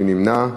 מי נמנע?